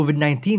COVID-19